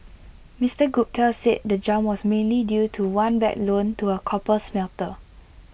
Mister Gupta said the jump was mainly due to one bad loan to A copper smelter